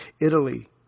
Italy